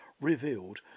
revealed